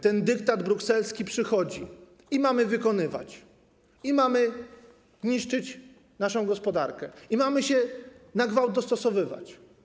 Ten dyktat brukselski przychodzi i mamy to wykonywać, mamy niszczyć naszą gospodarkę i mamy na gwałt się dostosowywać.